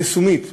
יישומית,